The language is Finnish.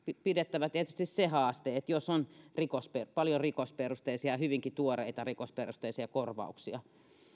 pidettävä tietysti se haaste että jos on paljon rikosperusteisia ja hyvinkin tuoreita rikosperusteisia korvauksia niin